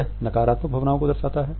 यह नकारात्मक भावनाओं को दर्शाता है